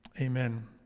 Amen